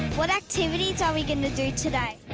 what activities are we gonna do today?